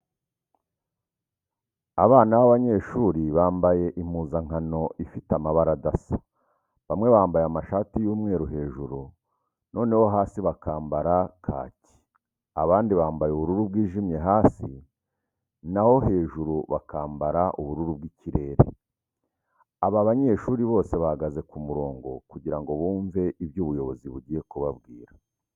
Abana b'abanyeshuri bambaye impuzankano ifite amabara adasa, bamwe bambaye amashati y'umweru hejuru, noneho hasi bakambara kaki, abandi bambaye ubururu bwijimye hasi, na ho hejuru bakambara ubururu bw'ikirere. Aba banyeshuri bose bahagaze ku murongo kugira ngo bumve ibyo ubuyobozi bugiye kubabwira.